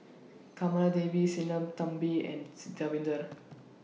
Kamaladevi Sinnathamby and Davinder